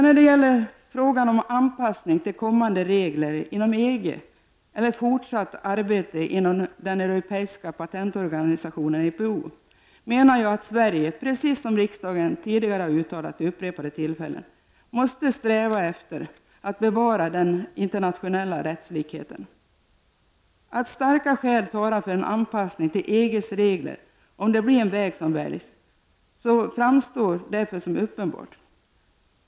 När det gäller frågan om anpassning till kommande regler inom EG eller fortsatt arbete inom den europeiska patentorganisationen, EPO, menar jag att Sverige — precis som riksdagen tidigare uttalat vid upprepade tillfällen — måste sträva efter att bevara den internationella rättslikheten. Att starka skäl talar för en anpassning till EGs regler — om det nu blir den väg som väljs — framstår därför som uppenbart.